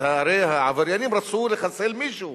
הרי העבריינים רצו לחסל מישהו.